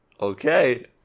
Okay